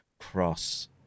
cross